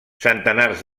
centenars